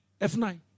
F9